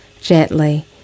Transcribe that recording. gently